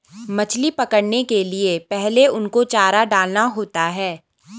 मछली पकड़ने के लिए पहले उनको चारा डालना होता है